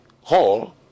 hall